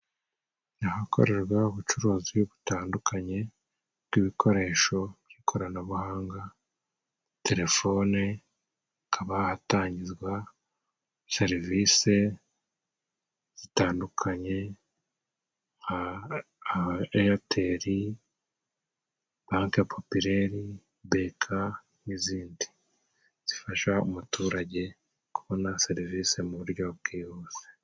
N'ahakorerwa ubucuruzi butandukanye, bw'ibikoresho by'ikoranabuhanga telefoni, hakaba hatangirwa serivisi zitandukanye nka eyateri, banki popireri, beka n'izindi, zifasha umuturage kubona serivisi mu buryo bwihuse.